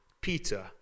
Peter